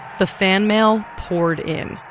the fan mail poured in.